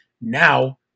Now